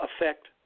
affect